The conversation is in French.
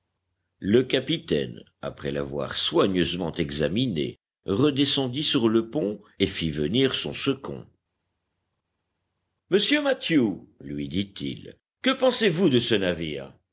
le capitaine après l'avoir soigneusement examinée redescendit sur le pont et fit venir son second monsieur mathew lui dit-il que pensez-vous de ce navire